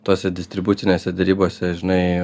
tose distribucinės derybose žinai